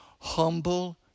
Humble